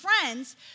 friends